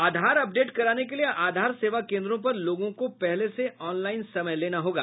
आधार update कराने के लिए आधार सेवा केन्द्रों पर लोगों को पहले से ऑनलाईन समय लेना होगा